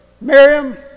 Miriam